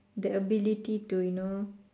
the ability to you know